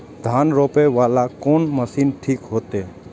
धान रोपे वाला कोन मशीन ठीक होते?